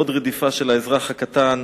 עוד רדיפה של האזרח הקטן,